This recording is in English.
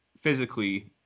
physically